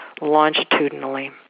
longitudinally